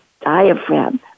diaphragm